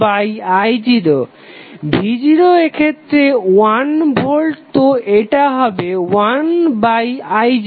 v0 এক্ষেত্রে 1 volt তো এটা হবে 1i0